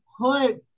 put